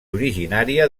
originària